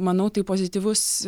manau tai pozityvus